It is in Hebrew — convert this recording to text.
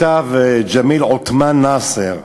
כתב ג'מיל עותמאן-נאסר,